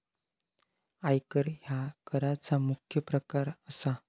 आयकर ह्या कराचा मुख्य प्रकार असा